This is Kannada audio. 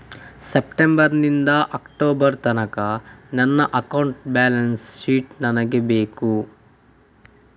ಸೆಪ್ಟೆಂಬರ್ ನಿಂದ ಅಕ್ಟೋಬರ್ ತನಕ ನನ್ನ ಅಕೌಂಟ್ ಬ್ಯಾಲೆನ್ಸ್ ಶೀಟ್ ನನಗೆ ಬೇಕು